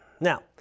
Now